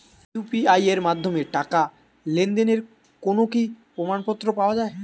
UPI এর মাধ্যমে টাকা লেনদেনের কোন কি প্রমাণপত্র পাওয়া য়ায়?